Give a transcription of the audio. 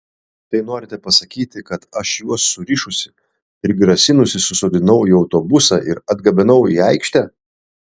tai norite pasakyti kad aš juos surišusi prigrasinusi susodinau į autobusą ir atgabenau į aikštę